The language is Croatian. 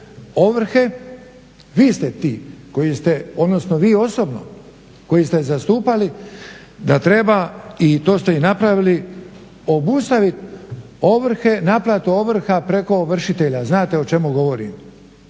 ovrhe, vi ste ti odnosno vi osobno koji ste zastupali da treba i to ste i napravili obustaviti naplatu ovrha preko ovršitelja, znate o čemu govorim.